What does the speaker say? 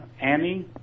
Annie